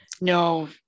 no